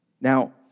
Now